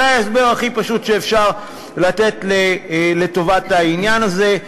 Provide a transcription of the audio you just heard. זה ההסבר הכי פשוט שאפשר לתת לטובת העניין הזה.